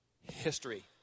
history